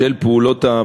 של פעולות המיגון.